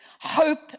hope